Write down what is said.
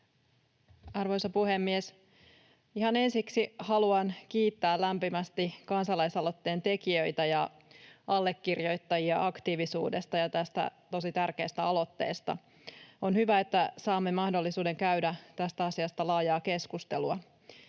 Arvoisa puhemies! Ihan ensiksi haluan kiittää lämpimästi kansalaisaloitteen tekijöitä ja allekirjoittajia aktiivisuudesta ja tästä tosi tärkeästä aloitteesta. On hyvä, että saamme mahdollisuuden käydä tästä asiasta laajaa keskustelua.